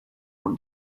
por